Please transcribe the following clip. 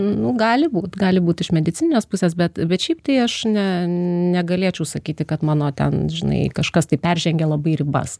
nu gali būt gali būt iš medicininės pusės bet bet šiaip tai aš ne negalėčiau sakyti kad mano ten žinai kažkas tai peržengia labai ribas